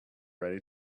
ready